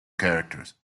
characters